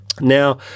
Now